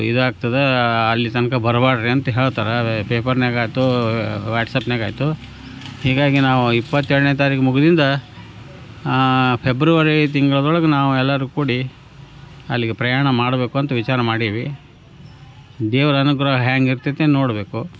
ಇದಾಗ್ತದೆ ಅಲ್ಲಿ ತನಕ ಬರಬ್ಯಾಡ್ರಿ ಅಂತ ಹೇಳ್ತಾರೆ ಪೇಪರ್ನ್ಯಾಗಾತು ವಾಟ್ಸಾಪ್ನ್ಯಾಗಾತು ಹೀಗಾಗಿ ನಾವು ಇಪ್ಪತ್ತೆರಡನೆ ತಾರೀಖು ಮುಗಿದ್ರಿಂದ ಫೆಬ್ರವರಿ ತಿಂಗಳ್ದೊಳ್ಗೆ ನಾವೆಲ್ಲರು ಕೂಡಿ ಅಲ್ಲಿಗೆ ಪ್ರಯಾಣ ಮಾಡಬೇಕು ಅಂತ ವಿಚಾರ ಮಾಡೀವಿ ದೇವರ ಅನುಗ್ರಹ ಹೆಂಗಿರ್ತೈತಿ ನೋಡಬೇಕು